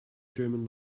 german